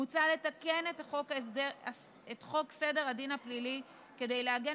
מוצע לתקן את חוק סדר הדין הפלילי כדי לעגן